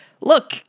look